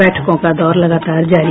बैठकों का दौर लगातार जारी